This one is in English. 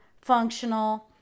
functional